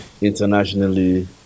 internationally